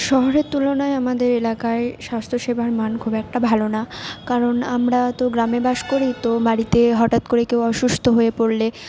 শহরের তুলনায় আমাদের এলাকায় স্বাস্থ্য সেবার মান খুব একটা ভালো না কারণ আমরা তো গ্রামে বাস করি তো বাড়িতে হঠাৎ করে কেউ অসুস্থ হয়ে পড়লে